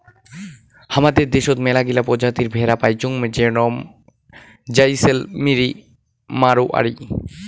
হামাদের দ্যাশোত মেলাগিলা প্রজাতির ভেড়া পাইচুঙ যেরম জাইসেলমেরি, মাড়োয়ারি